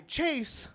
Chase